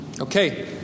Okay